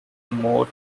more